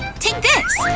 take this!